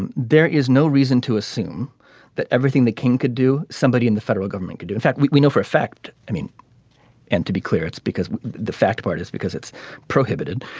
and there is no reason to assume that everything the king could do. somebody in the federal government could do in fact we we know for a fact. i mean and to be clear it's because the fact part is because it's prohibited.